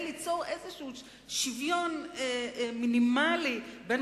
הם באו ליצור מידה של שוויון מינימלי בין